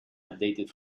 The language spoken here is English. updated